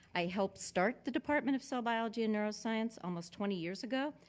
i helped start the department of cell biology and neuroscience almost twenty years ago.